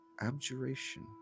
Abjuration